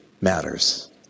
matters